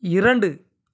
இரண்டு